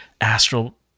astral